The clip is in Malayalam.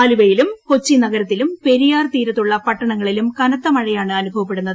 ആലുവയിലും കൊച്ചി നഗരത്തിലും പെരിയാർ തീരത്തുള്ള പട്ടണങ്ങളിലും കനത്ത മഴയാണ് അനുഭവപ്പെടുന്നത്